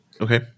Okay